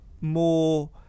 more